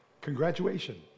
congratulations